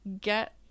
get